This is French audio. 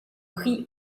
pris